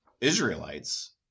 israelites